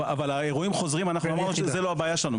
אבל זאת לא הבעיה שלנו,